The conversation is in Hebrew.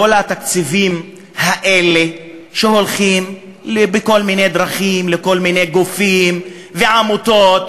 כל התקציבים האלה שהולכים בכל מיני דרכים לכל מיני גופים ועמותות